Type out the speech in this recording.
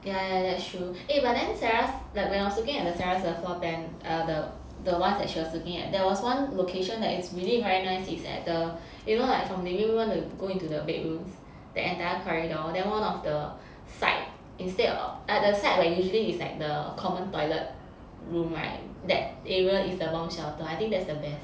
yeah yeah that's true eh but then sarah's like when I was looking at sarah 的 floor plan err the the ones that she was looking at there was one location that is really very nice is at the you know like from the living room want to go into the bedrooms the entire corridor then one of the site instead of at the site where usually is like the common toilet room [right] that area is the bomb shelter I think that's the best